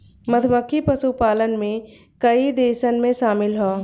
मधुमक्खी पशुपालन में कई देशन में शामिल ह